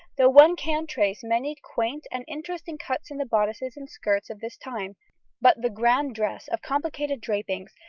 though one can trace many quaint and interesting cuts in the bodices and skirts of this time but the grand dress of complicated drapings,